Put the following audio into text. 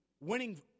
Winning